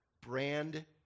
brand